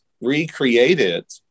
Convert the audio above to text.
recreated